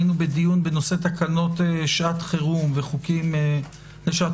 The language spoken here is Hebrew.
היינו בדיון בנושא תקנות שעת חירום וחוקים לשעת